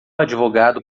advogado